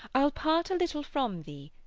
i'll part a little from thee,